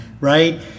right